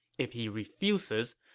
if he refuses,